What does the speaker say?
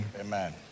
amen